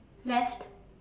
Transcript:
left